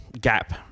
gap